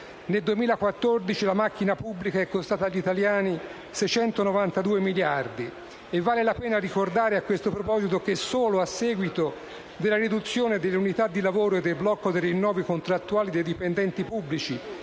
Nel 2014 la macchina pubblica è costata agli italiani circa 692 miliardi. Vale la pena ricordare, a questo proposito, che solo a seguito della riduzione delle unità di lavoro e del blocco dei rinnovi contrattuali dei dipendenti pubblici,